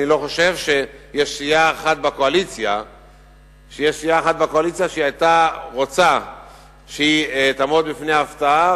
אני לא חושב שיש סיעה אחת בקואליציה שהיתה רוצה לעמוד בפני הפתעה,